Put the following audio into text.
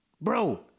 Bro